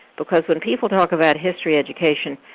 because when people talk about history education,